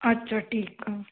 अच्छा ठीकु आहे